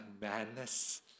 madness